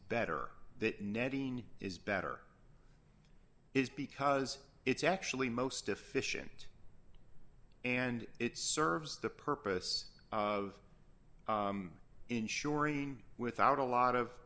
netting is better is because it's actually most efficient and it serves the purpose of ensuring without a lot of